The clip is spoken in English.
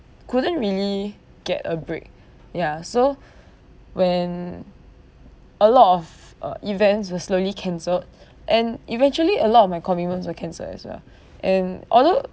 couldn't really get a break ya so when a lot of uh events were slowly cancelled and eventually a lot of my commitments are cancelled as well and although